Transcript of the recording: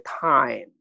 time